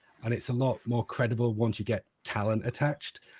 and it's a lot more credible once you get talent attached.